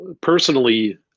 Personally